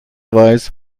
weiß